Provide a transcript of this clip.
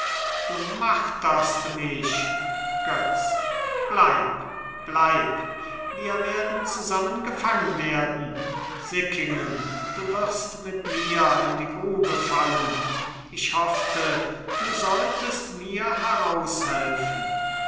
du marterst mich götz bleib bleib wir werden zusammen gefangen werden sickingen du wirst mit mir in die grube fallen ich hoffte du solltest mir heraushelfen